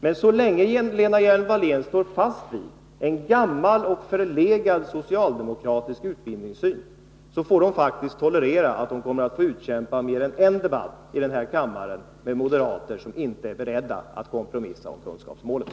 Men så länge Lena Hjelm-Wallén står fast vid en gammal och förlegad socialdemokratisk utbildningssyn, får hon faktiskt tolerera att utkämpa mer än en debatt i denna kammare med moderater som inte är beredda att kompromissa om kunskapsmålen.